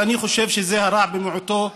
אני חושב שזה הרע במיעוטו,